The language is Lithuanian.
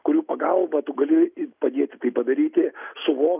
kurių pagalba tu gali padėti tai padaryti suvokti